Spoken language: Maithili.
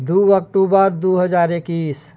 दू अक्टूबर दू हजार एकैस